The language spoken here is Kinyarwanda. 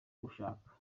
gushaka